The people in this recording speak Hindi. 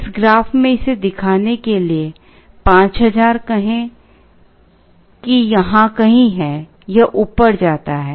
इस ग्राफ में इसे दिखाने के लिए 5000 कहें कि यहां कहीं है यह ऊपर जाता है